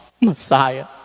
Messiah